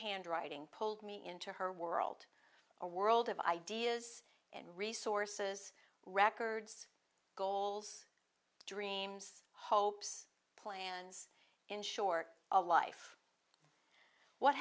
handwriting pulled me into her world a world of ideas and resources records goals dreams hopes plans in short a life what